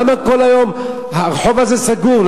למה כל היום הרחוב הזה סגור?